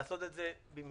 לעשות את זה במהירות.